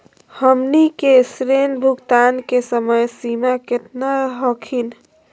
हमनी के ऋण भुगतान के समय सीमा केतना हखिन?